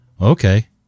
okay